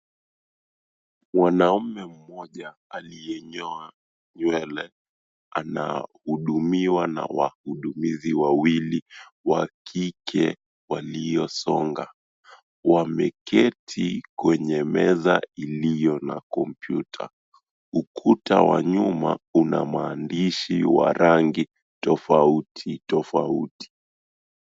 Mwanamume mmoja aliyenyoa nywele anahudumiwa na wahudumizi wawili wa kike waliosonga. Wameketi kwenye meza iliyo na kompyuta. Ukuta wa nyuma una maandishi wa rangi tofauti tofauti.